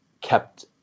kept